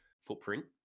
footprint